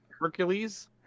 Hercules